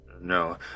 no